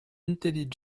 intelligent